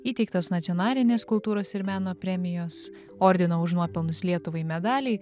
įteiktos nacionalinės kultūros ir meno premijos ordino už nuopelnus lietuvai medaliai